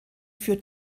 für